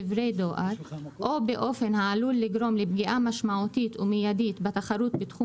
או באופן העלול לגרום לפגיעה משמעותית ומיידית בתחרות בתחום